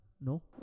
No